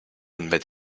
embed